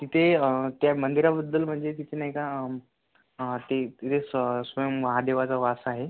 तिथे त्या मंदिराबद्दल म्हणजे तिथे नाही का ते तिथे स्व स्वयं महादेवाचा वास आहे